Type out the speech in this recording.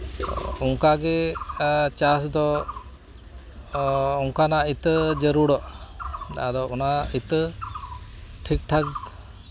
ᱚᱱᱠᱟᱜᱮ ᱪᱟᱥ ᱫᱚ ᱚᱱᱠᱟᱱᱟᱜ ᱤᱛᱟᱹ ᱡᱟᱹᱨᱩᱲᱚᱜ ᱟᱫᱚ ᱚᱱᱟ ᱤᱛᱟᱹ ᱴᱷᱤᱠ ᱴᱷᱟᱠ